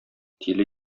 тиле